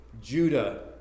Judah